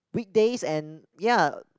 weekdays and ya